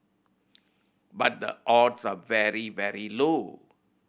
but the odds are very very low